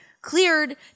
cleared